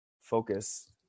focus